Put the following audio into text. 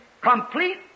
complete